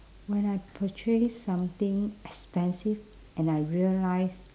when I purchase something expensive and I realise